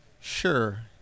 Sure